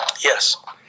Yes